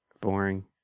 boring